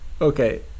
Okay